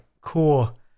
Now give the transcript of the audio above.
Cool